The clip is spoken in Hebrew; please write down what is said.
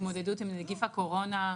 להתמודדות עם נגיף הקורונה,